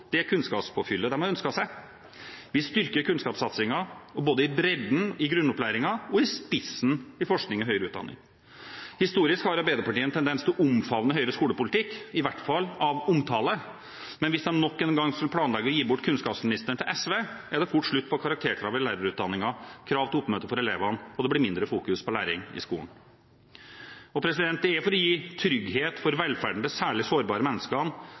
det kunnskapspåfyllet de har ønsket seg. Vi styrker kunnskapssatsingen – både i bredden, i grunnopplæringen, og i spissen, i forskning og høyere utdanning. Historisk har Arbeiderpartiet en tendens til å omfavne Høyres skolepolitikk, i hvert fall av omtale. Men hvis de nok en gang skulle planlegge å gi bort kunnskapsministeren til SV, er det fort slutt på karakterkrav i lærerutdanningen og krav til oppmøte for elevene, og det blir fokusert mindre på læring i skolen. Og det er for å gi trygghet for velferden til de særlig sårbare